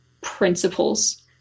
principles